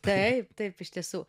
taip taip iš tiesų